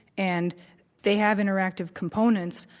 and they have interactive components,